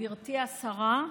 גברתי השרה,